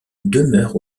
demeure